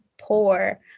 poor